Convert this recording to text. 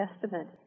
Testament